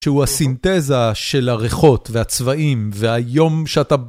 שהוא הסינתזה של הריחות והצבעים והיום שאתה ב...